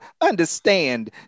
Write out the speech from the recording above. understand